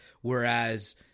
Whereas